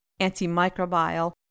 antimicrobial